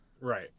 right